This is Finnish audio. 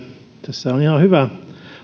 tässä on ihan hyvää